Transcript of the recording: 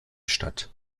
statt